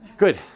Good